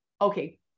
Okay